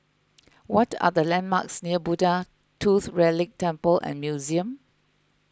what are the landmarks near Buddha Tooth Relic Temple and Museum